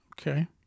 Okay